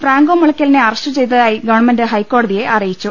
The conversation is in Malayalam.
ഫ്രാങ്കോ മുളയ്ക്കലിനെ അറസ്റ്റു ചെയ്തതായി ഗവൺമെന്റ് ഹൈക്കോടതിയെ അറിയിച്ചു